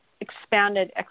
expanded